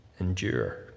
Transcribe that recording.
Endure